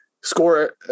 Score